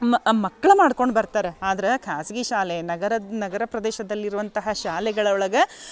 ಮ ಮಕ್ಕಳ ಮಾಡ್ಕೊಂಡು ಬರ್ತಾರ ಆದ್ರೆ ಖಾಸಗಿ ಶಾಲೆ ನಗರದ ನಗರ ಪ್ರದೇಶದಲ್ಲಿರುವಂತಹ ಶಾಲೆಗಳ ಒಳಗೆ